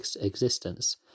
existence